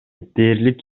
дээрлик